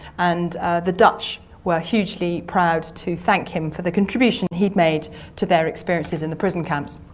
and the dutch were hugely proud to thank him for the contribution he'd made to their experiences in the prison camps.